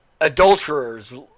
adulterers